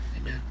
Amen